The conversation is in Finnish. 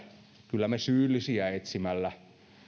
kyllä me syyllisiä etsimällä